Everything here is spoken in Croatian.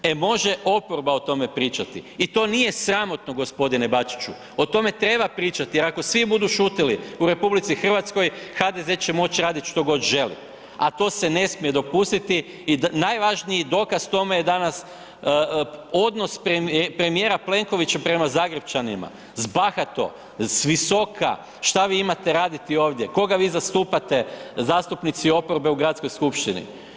E može oporba o tome pričati i to nije sramotno g. Bačiću, o tome treba pričati jer ako svi budu šutili u RH, HDZ će moć radit što god želi a to se ne smije dopustiti i najvažniji dokaz tome je danas odnos premijera Plenkovića prema Zagrepčanima, bahato, s visoka, šta vi imate raditi ovdje, koga vi zastupate zastupnici oporbe u Gradskoj skupštini.